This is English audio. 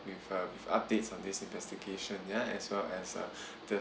with uh with updates on this investigation ya as well as uh the